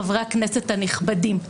חברי הכנסת הנכבדים,